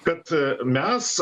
kad mes